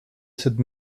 cette